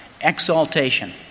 exaltation